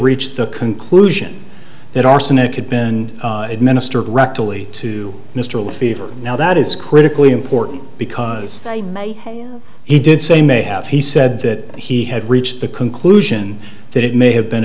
reached the conclusion that arsenic had been administered rectally to mr le fever now that is critically important because he did say may have he said that he had reached the conclusion that it may have been